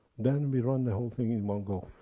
then we run the whole thing in one go.